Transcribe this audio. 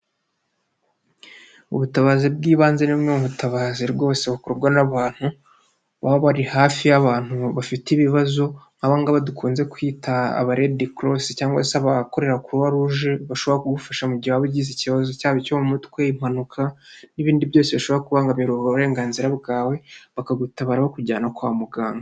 Ubutabazi bw'ibanze ni bumwe mu butabazi rwose bukorwa n'abantu baba bari hafi y'abantu bafite ibibazo aba ngaba dukunnze kwita abaredikorosi cyangwa se abahakorera Kuruwaruge bashobora kugufasha mu gihe waba ugize ikibazo cyaba icyo mu mutwe impanuka n'ibindi byose bishobora kubangamira uburenganzira bwawe bakagutabaraho kujyana kwa muganga.